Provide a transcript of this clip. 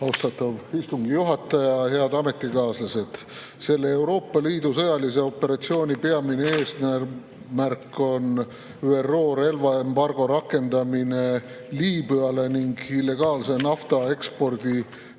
Austatav istungi juhataja! Head ametikaaslased! Selle Euroopa Liidu sõjalise operatsiooni peamine eesmärk on ÜRO relvaembargo rakendamine Liibüa suhtes ning illegaalse naftaekspordi